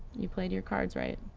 you played your cards right.